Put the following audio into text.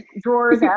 drawers